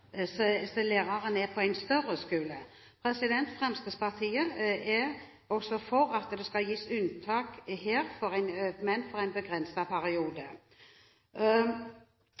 læreren på en større skole. Fremskrittspartiet er også for at det skal gis unntak her, men for en begrenset periode. Vi mener at det må legges til rette for